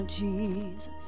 Jesus